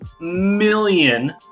million